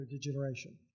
degeneration